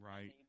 Right